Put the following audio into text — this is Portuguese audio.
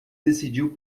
decidiu